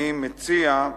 אני מציע,